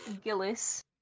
Gillis